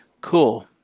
cool